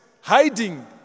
hiding